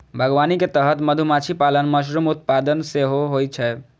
बागवानी के तहत मधुमाछी पालन, मशरूम उत्पादन सेहो होइ छै